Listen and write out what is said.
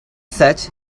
such